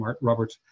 Robert